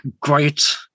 great